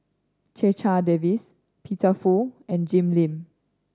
Checha Davies Peter Fu and Jim Lim